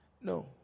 No